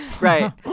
Right